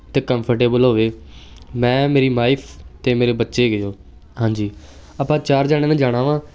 ਅਤੇ ਕੰਫਰਟੇਬਲ ਹੋਵੇ ਮੈਂ ਮੇਰੀ ਵਾਈਫ ਅਤੇ ਮੇਰੇ ਬੱਚੇ ਹੈਗੇ ਜੋ ਹਾਂਜੀ ਆਪਾਂ ਚਾਰ ਜਣਿਆ ਨੇ ਜਾਣਾ ਵਾ